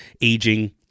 aging